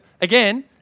Again